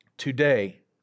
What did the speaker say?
Today